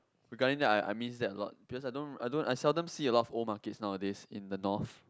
regarding that I I miss that a lot because I don't I don't I seldom see a lot of old markets nowadays in the north